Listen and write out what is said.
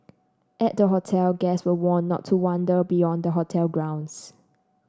at the hotel guests were warned not to wander beyond the hotel grounds